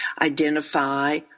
identify